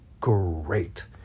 great